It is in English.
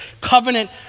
covenant